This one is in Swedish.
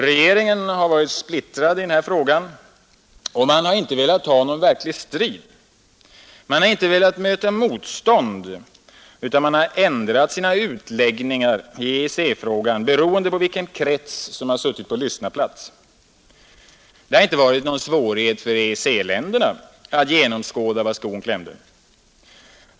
Regeringen har varit splittrad i den här frågan och man har inte velat ta någon verklig strid. Man har inte velat möta motstånd utan man har ändrat sina utläggningar i EEC-frågan beroende på vilken krets som suttit på lyssnarplats. Det har inte varit någon svårighet för EEC-länderna att genomskåda var skon klämde.